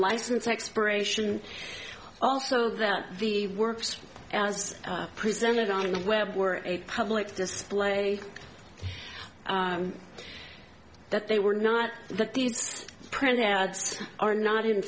license expiration also that the works as presented on the web were a public display that they were not the print ads are not in